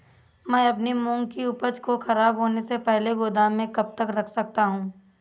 मैं अपनी मूंग की उपज को ख़राब होने से पहले गोदाम में कब तक रख सकता हूँ?